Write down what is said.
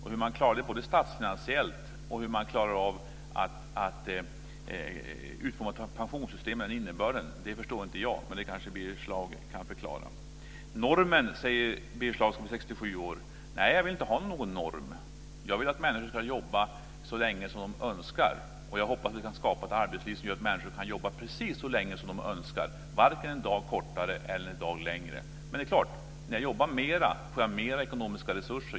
Hur det klaras statsfinansiellt och hur man klarar att utforma ett pensionssystem med den innebörden förstår inte jag men det kan Birger Schlaug kanske förklara. Normen, säger Birger Schlaug, blir 67 år. Nej, jag vill inte ha någon norm. Jag vill att människor ska jobba så länge de önskar, och jag hoppas att vi kan skapa ett arbetsliv som är sådant att människor kan jobba precis så länge som de önskar - varken en dag mindre eller en dag mer. Men det är klart att när jag jobbar mer får jag större ekonomiska resurser.